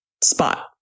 spot